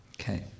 Okay